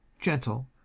gentle